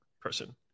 person